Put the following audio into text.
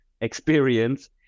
experience